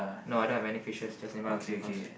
no I don't have any fishes just in front of the seahorse